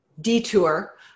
detour